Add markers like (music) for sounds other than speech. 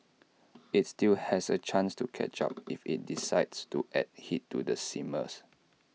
IT still has A chance to catch up (noise) if IT decides to add heat to the simmer